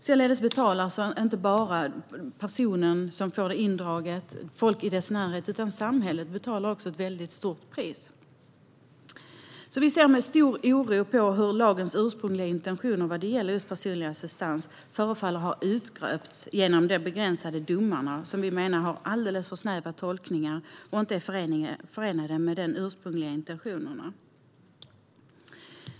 Priset betalas inte bara av personerna som får assistansen indragen och folk i deras närhet, utan samhället betalar också ett väldigt stort pris. Vi ser alltså med stor oro på hur lagens ursprungliga intentioner vad gäller personlig assistans förefaller ha urgröpts genom de begränsande domarna, som vi menar har alldeles för snäva tolkningar och inte är förenliga med de ursprungliga intentionerna.